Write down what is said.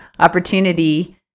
Opportunity